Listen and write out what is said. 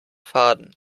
faden